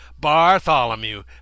bartholomew